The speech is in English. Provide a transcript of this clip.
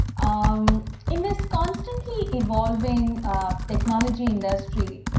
um in this constantly evolving um technology industry,